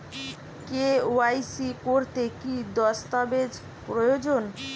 KYC করতে কি দস্তাবেজ প্রয়োজন?